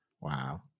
Wow